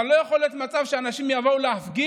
אבל אני לא יכול להיות מצב שאנשים יבואו להפגין